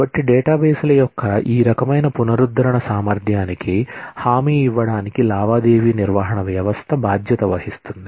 కాబట్టి డేటాబేస్ల యొక్క ఈ రకమైన పునరుద్ధరణ సామర్థ్యానికి హామీ ఇవ్వడానికి లావాదేవీ నిర్వహణ వ్యవస్థ బాధ్యత వహిస్తుంది